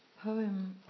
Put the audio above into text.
poem